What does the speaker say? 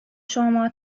شما